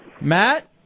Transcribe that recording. Matt